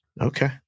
Okay